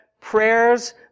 prayers